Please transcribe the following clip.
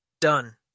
Done